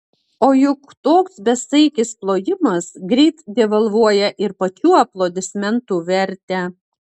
o juk toks besaikis plojimas greit devalvuoja ir pačių aplodismentų vertę